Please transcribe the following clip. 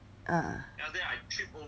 ah